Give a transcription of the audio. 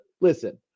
listen